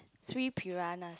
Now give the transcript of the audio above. three piranhas